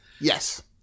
Yes